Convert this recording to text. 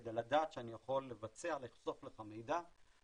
כדי לדעת שאני יכול לבצע ולחשוף לך מידע.